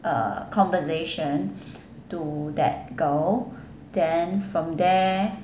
conversation to that girl then from there